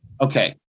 Okay